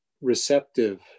receptive